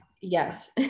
Yes